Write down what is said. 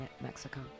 Mexico